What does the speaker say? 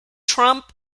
trump